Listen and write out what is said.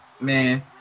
Man